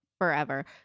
forever